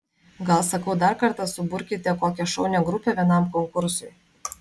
gal sakau dar kartą suburkite kokią šaunią grupę vienam konkursui